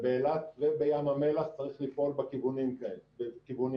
ובאילת ובים המלח צריך לפעול בכיוונים כאלה.